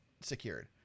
secured